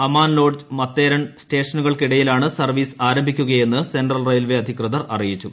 Aman Lodge Matheran സ്റ്റേഷനുകൾക്കിടയിലാണ് service ആരംഭിക്കുകയെന്ന് Central Railway അധികൃതർ അറിയിച്ചു